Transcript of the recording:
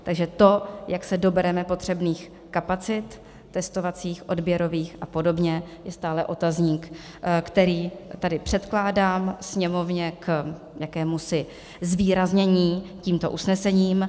Takže to, jak se dobereme potřebných kapacit testovacích, odběrových a podobně, je stále otazník, který tady předkládám Sněmovně k jakémusi zvýraznění tímto usnesení.